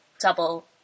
Double